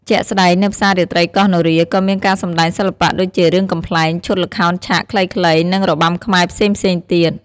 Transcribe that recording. ជាក់ស្តែងនៅផ្សាររាត្រីកោះនរា ក៏មានការសម្តែងសិល្បៈដូចជារឿងកំប្លែង ឈុតល្ខោនឆាកខ្លីៗ និងរបាំខ្មែរផ្សេងៗទៀត។